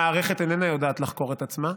המערכת איננה יודעת לחקור את עצמה.